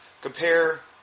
compare